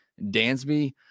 Dansby